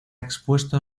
expuesto